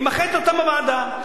היא מאחדת אותם בוועדה.